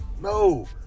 No